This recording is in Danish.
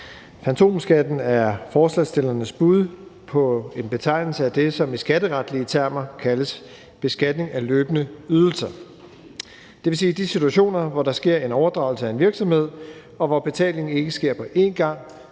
Fantomskatten er forslagsstillernes bud på en betegnelse for det, som i skatteretlige termer kaldes beskatning af løbende ydelser, dvs. i de situationer, hvor der sker en overdragelse af en virksomhed, og hvor betalingen ikke sker på en gang,